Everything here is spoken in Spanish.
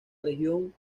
región